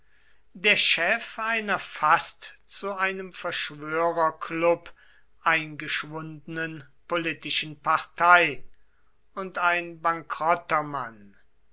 der chef einer fast zu einem verschwörerklub eingeschwundenen politischen partei und ein bankrotter mann